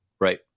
Right